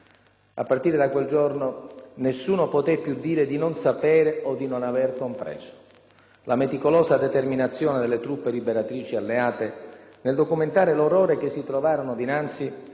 A partire da quel giorno, nessuno poté più dire di non sapere o di non aver compreso: la meticolosa determinazione delle truppe liberatrici alleate, nel documentare l'orrore che si trovarono dinanzi,